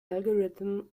algorithm